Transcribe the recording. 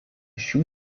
šių